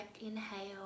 inhale